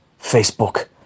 Facebook